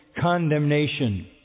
condemnation